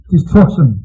Destruction